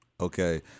Okay